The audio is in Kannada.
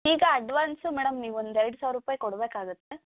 ಈಗ ಅಡ್ವಾನ್ಸು ಮೇಡಮ್ ನೀವು ಒಂದು ಎರಡು ಸಾವಿರ ರೂಪಾಯಿ ಕೊಡ್ಬೇಕಾಗುತ್ತೆ